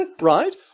right